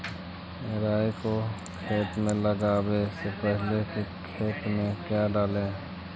राई को खेत मे लगाबे से पहले कि खेत मे क्या डाले?